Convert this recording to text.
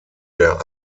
der